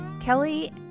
Kelly